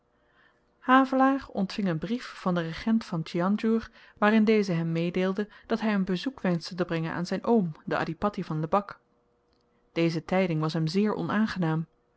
havelaar ontving een brief van den regent van tjanjor waarin deze hem meedeelde dat hy een bezoek wenschte te brengen aan zyn oom den adhipatti van lebak deze tyding was hem zeer onaangenaam